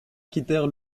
quittèrent